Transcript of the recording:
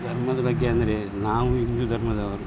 ಧರ್ಮದ ಬಗ್ಗೆ ಅಂದರೆ ನಾವು ಹಿಂದೂ ಧರ್ಮದವರು